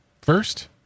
first